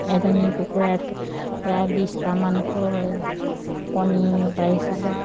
এজনী কুকুৰাই প্ৰায় বিছটামানকৈ কণী পাৰিছিলে